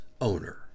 owner